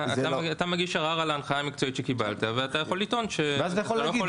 אתה מגיש ערר על ההנחיה המקצועית שקיבלת ואתה יכול לטעון שאתה לא יכול